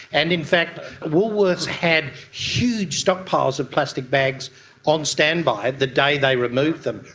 and in fact woolworths had huge stockpiles of plastic bags on standby the day they removed them,